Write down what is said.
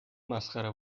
مسخره